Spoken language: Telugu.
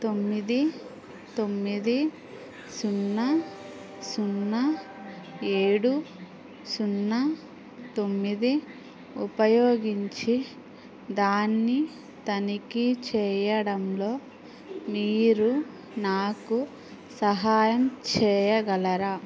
తొమ్మిది తొమ్మిది సున్నా సున్నా ఏడు సున్నా తొమ్మిది ఉపయోగించి దాన్ని తనిఖీ చేయడంలో మీరు నాకు సహాయం చేయగలరా